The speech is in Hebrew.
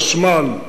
חשמל,